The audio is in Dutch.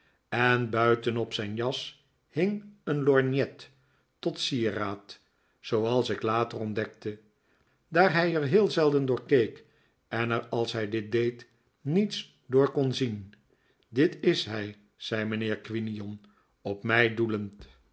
en buiten op zijn jas hing een lorgnet tot sieraad zooals ik later ontdekte daar hij er heel zelden door keek en er als hij dit deed niets door kon zien dit is hij zei mijnheer quinion op mij doelend